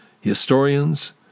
historians